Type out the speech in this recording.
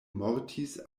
mortis